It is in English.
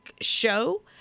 show